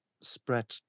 spread